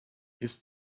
ist